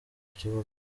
kibuga